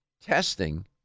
Testing